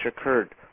occurred